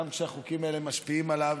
גם כשהחוקים האלה משפיעים עליו,